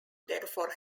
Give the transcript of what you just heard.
therefore